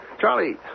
Charlie